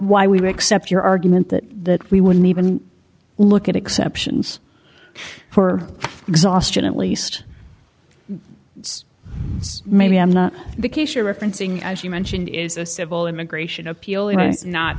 why we accept your argument that we wouldn't even look at exceptions for exhaustion at least maybe i'm not the case you're referencing as you mentioned is a civil immigration appeal